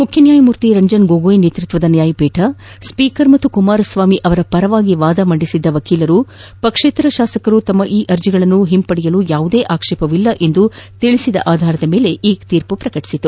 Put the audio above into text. ಮುಖ್ಯನ್ಯಾಯಮೂರ್ತಿ ರಂಜನ್ ಗೊಗೋಯ್ ನೇತ್ವತ್ಲದ ನ್ಯಾಯಪೀಠ ಸ್ಪೀಕರ್ ಮತ್ತು ಕುಮಾರಸ್ವಾಮಿ ಅವರ ಪರವಾಗಿ ವಾದ ಮಂಡಿಸಿದ ವಕೀಲರು ಪಕ್ಷೇತರ ಶಾಸಕರು ತಮ್ಮ ಅರ್ಜಿಗಳನ್ನು ಹಿಂಪಡೆಯಲು ಯಾವುದೇ ಆಕ್ಷೇಪವಿಲ್ಲ ಎಂದು ತಿಳಿಸಿದ ಆಧಾರದ ಮೇಲೆ ಈ ಕ್ರಮ ಕ್ವೆಗೊಂಡಿದೆ